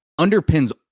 underpins